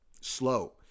Slow